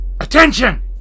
attention